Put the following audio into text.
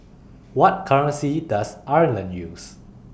What currency Does Ireland use